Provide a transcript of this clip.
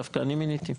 דווקא אני מיניתי.